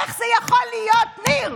איך זה יכול להיות, ניר?